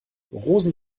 rosen